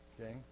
okay